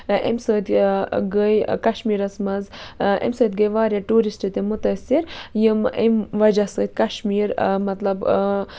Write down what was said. اَمہِ سۭتۍ گے کَشمیٖرَس منٛز اَمہِ سۭتۍ گے واریاہ ٹوٗرِسٹ تہِ مُتٲثر یِم أمۍ وجہہ سۭتۍ کَشمیٖر مطلب